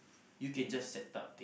you can just set up